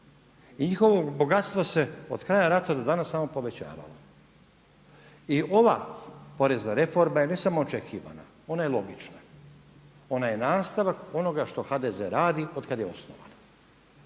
I njihovo bogatstvo se od kraja rata do danas samo povećavalo. I ova porezna reforma je ne samo očekivana, ona je logična, ona je nastavak onoga što HDZ radi od kada je osnovan.